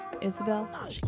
Isabel